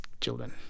children